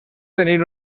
tenir